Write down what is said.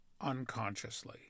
unconsciously